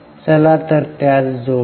चला तर त्यास जोडुया